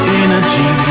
energy